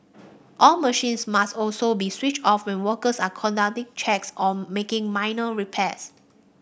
all machines must also be switched off when workers are conducting checks or making minor repairs